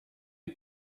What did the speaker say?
you